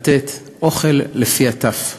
לתת אוכל לפי הטף.